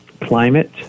climate